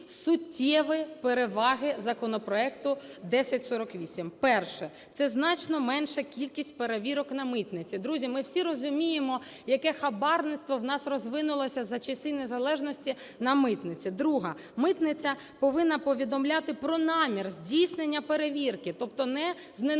суттєві переваги законопроекту 1048. Перше. Це значно менша кількість перевірок на митниці. Друзі, ми всі розуміємо, яке хабарництво у нас розвинулося за часів незалежності на митниці. Друге. Митниця повинна повідомляти про намір здійснення перевірки, тобто не зненацька